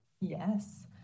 Yes